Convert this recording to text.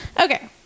Okay